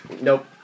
nope